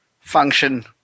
function